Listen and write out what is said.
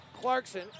Clarkson